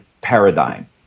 paradigm